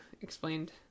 explained